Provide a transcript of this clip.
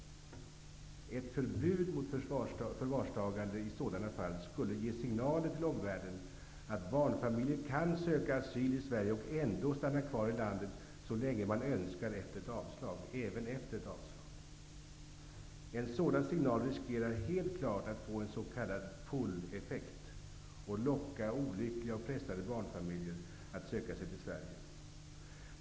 Ett förbud mot förvarstagande i sådana fall skulle ge signaler till omvärlden att barnfamiljer kan söka asyl i Sverige och även efter ett avslag ändå stanna kvar i landet så länge de önskar. En sådan signal riskerar helt klart att få en s.k. pull-effekt och locka olyckliga och pressade barnfamiljer att söka sig till Sverige.